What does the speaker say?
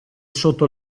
sotto